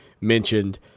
mentioned